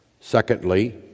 Secondly